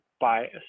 bias